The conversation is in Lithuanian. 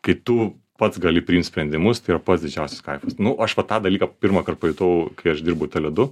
kai tu pats gali priimt sprendimus tai yra pats didžiausias kaifas nu aš va tą dalyką pirmąkart pajutau kai aš dirbau teledu